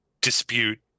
dispute